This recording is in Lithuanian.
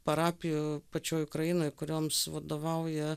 parapijų pačioj ukrainoj kurioms vadovauja